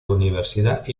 universidad